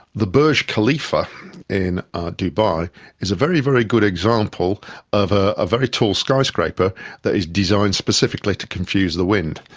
the burj khalifa in dubai is a very, very good example of ah a very tall skyscraper that is designed specifically to confuse the wind.